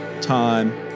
time